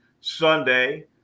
Sunday